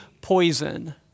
poison